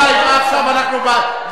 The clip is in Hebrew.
מעכשיו אנחנו דנים,